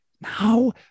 now